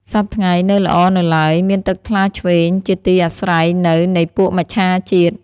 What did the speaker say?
សព្វថ្ងៃ នៅល្អនៅឡើយ, មានទឹកថ្លាឈ្វេង ជាទីអាស្រ័យនៅនៃពួកមច្ឆាជាតិ